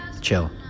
chill